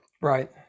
Right